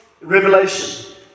Revelation